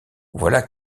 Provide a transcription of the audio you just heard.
voilà